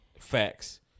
Facts